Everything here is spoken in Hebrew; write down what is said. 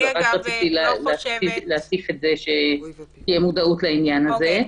רק רציתי להוסיף שתהיה מודעות לעניין הזה.